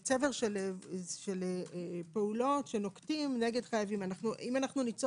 אני חושבת שהשיקול של גם ספק סביר וגם של אם יש חשש